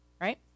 right